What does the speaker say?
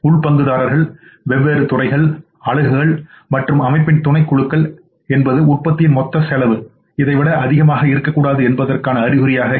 உள் பங்குதாரர்கள் வெவ்வேறு துறைகள் அலகுகள் மற்றும் அமைப்பின் துணைக்குழுக்கள் என்பது உற்பத்தியின் மொத்த செலவு இதை விட அதிகமாக இருக்கக்கூடாது என்பதற்கான அறிகுறியாகும்